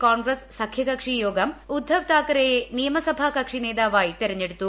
കോൺഗ്രസ് സഖ്യകക്ഷി യോഗം ഉദ്ധവ് താക്കറെയെ നിയമസഭാ കക്ഷിനേതാവായി തെരഞ്ഞെടുത്തു